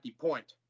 point